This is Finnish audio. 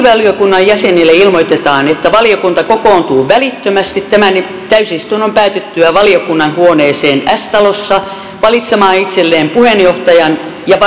lakivaliokunnan jäsenille ilmoitetaan että valiokunta kokoontuu välittömästi tämän täysistunnon päätyttyä valiokunnan huoneeseen s talossa valitsemaan itselleen puheenjohtajan ja varapuheenjohtajan